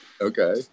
okay